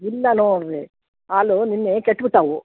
ಇಲ್ಲ ನೋಡಿರಿ ಹಾಲು ನಿನ್ನೆ ಕೆಟ್ಟು ಬಿಟ್ಟವು